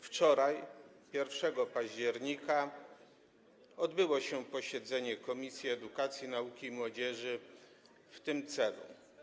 Wczoraj, 1 października, odbyło się posiedzenie Komisji Edukacji, Nauki i Młodzieży w tym celu.